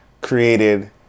Created